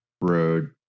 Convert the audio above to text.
road